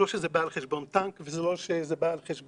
לא שזה בא על חשבון טנק, ולא שזה בא על חשבון...